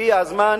הגיע הזמן